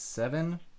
Seven